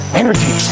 energy